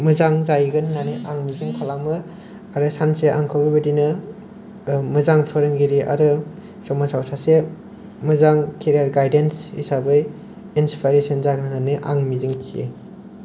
मोजां जाहैगोन होननानै आं मिजिं खालामो आरो सानसे आंखौबो बिदिनो ओ मोजां फोरोंगिरि आरो समाजाव सासे मोजां केरियार गायदेन्स हिसाबै इन्सपाइरेसन जागोन होननानै आं मिजिं थियो